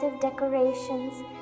decorations